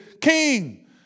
King